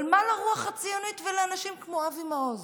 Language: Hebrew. אבל מה לרוח הציונית ולאנשים כמו אבי מעוז?